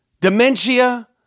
dementia